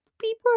people